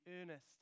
earnest